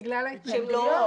בגלל ההתנגדויות.